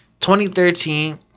2013